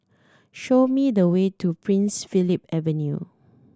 show me the way to Prince Philip Avenue